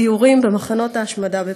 סיורים במחנות ההשמדה בפולין.